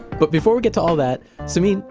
but before we get to all that, samin,